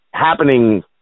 happening